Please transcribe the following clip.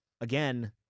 again